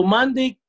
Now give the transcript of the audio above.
Monday